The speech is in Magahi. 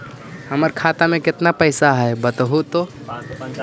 हमर खाता में केतना पैसा है बतहू तो?